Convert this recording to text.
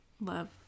love